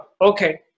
okay